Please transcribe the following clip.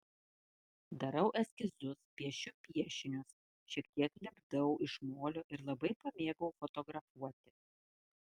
darau eskizus piešiu piešinius šiek tiek lipdau iš molio ir labai pamėgau fotografuoti